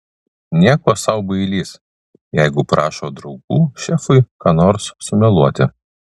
nieko sau bailys jeigu prašo draugų šefui ką nors sumeluoti